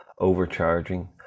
overcharging